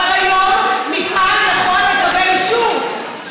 אבל היום מפעל יכול לקבל אישור,